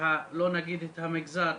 לא נגיד את המגזר,